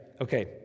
Okay